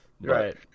right